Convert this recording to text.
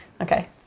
Okay